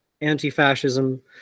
anti-fascism